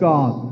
God